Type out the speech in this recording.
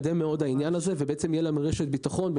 ושתהיה לנו רשת ביטחון,